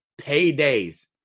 paydays